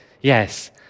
Yes